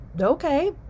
Okay